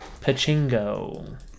Pachingo